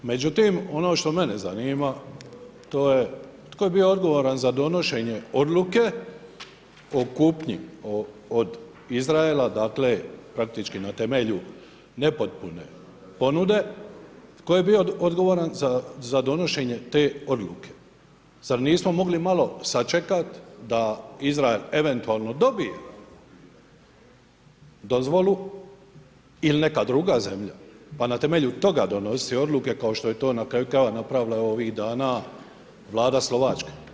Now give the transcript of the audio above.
Međutim, ono što mene zanima, to je tko je bio odgovoran za donošenje odluke o kupnji od Izraela, dakle, praktički na temelju nepotpune ponude, tko je bio odgovoran za donošenje te odluke, zar nismo mogli malo sačekat da Izrael eventualno dobije dozvolu il neka druga zemlja, pa na temelju toga donositi odluke, kao što je to na kraju krajeva napravila ovih dana Vlada Slovačka.